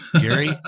Gary